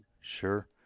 Sure